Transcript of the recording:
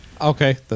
Okay